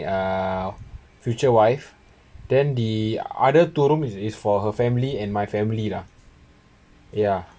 uh future wife then the other two rooms is for her family and my family lah ya